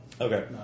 Okay